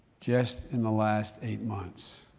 just in the last eight months.